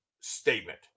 statement